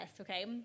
okay